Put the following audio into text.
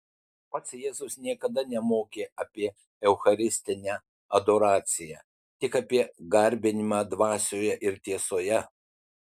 pats jėzus niekada nemokė apie eucharistinę adoraciją tik apie garbinimą dvasioje ir tiesoje